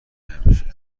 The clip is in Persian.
همیشه